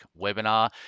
webinar